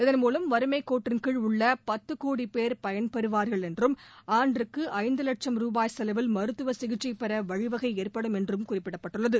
இதன் மூலம் வறுமைக்கோட்டிற்கீழ் உள்ள பத்து கோடி பேர் பயன் பெறுவார்கள் என்றும் ஆண்டிற்கு ஐந்து லட்சும் ரூபாய் செலவில் மருத்துவ சிகிச்சைபெற வழிவகை ஏற்படும் என்று கூறப்படுகிறது